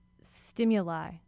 stimuli